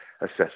assess